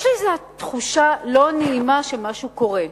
יש לי איזו תחושה לא נעימה שמשהו קורה.